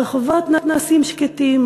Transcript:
הרחובות נעשים שקטים,